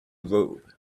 robe